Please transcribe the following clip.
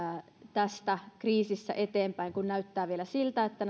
tästä kriisistä eteenpäin kun näyttää vielä siltä että